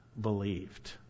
believed